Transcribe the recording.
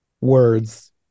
words